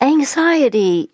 Anxiety